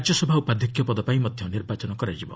ରାଜ୍ୟସଭା ଉପାଧ୍ୟକ୍ଷ ପଦପାଇଁ ମଧ୍ୟ ନିର୍ବାଚନ ହେବ